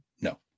No